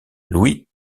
louis